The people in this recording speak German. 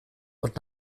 und